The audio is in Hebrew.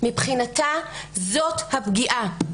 מבחינתה זאת הפגיעה.